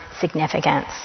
significance